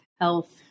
Health